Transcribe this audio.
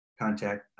contact